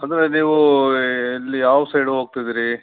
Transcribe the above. ಅಂದರೆ ನೀವು ಇಲ್ಲಿ ಯಾವ ಸೈಡ್ ಹೋಗ್ತಿದ್ದಿರಿ